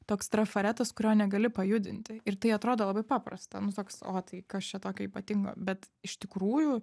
toks trafaretas kurio negali pajudinti ir tai atrodo labai paprasta nu toks o tai kas čia tokio ypatingo bet iš tikrųjų